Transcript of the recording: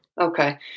Okay